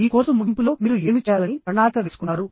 ఈ కోర్సు ముగింపులో మీరు ఏమి చేయాలని ప్రణాళిక వేసుకున్నారు